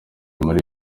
muri